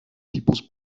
tipos